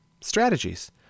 strategies